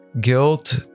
guilt